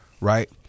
Right